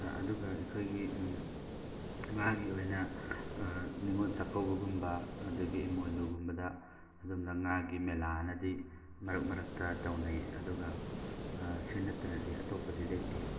ꯑꯗꯨꯒ ꯑꯩꯈꯣꯏꯒꯤ ꯉꯥꯒꯤ ꯑꯣꯏꯅ ꯅꯤꯉꯣꯜ ꯆꯥꯛꯀꯧꯕꯒꯨꯝꯕ ꯑꯗꯒꯤ ꯏꯃꯣꯏꯅꯨꯒꯨꯝꯕꯗ ꯑꯗꯨꯝꯕꯗ ꯉꯥꯒꯤ ꯃꯦꯂꯥꯑꯅꯗꯤ ꯃꯔꯛ ꯃꯔꯛꯇ ꯇꯧꯅꯩ ꯑꯗꯨꯒ ꯁꯤ ꯅꯠꯇꯅꯗꯤ ꯑꯇꯣꯞꯄꯗꯤ ꯂꯩꯇꯦ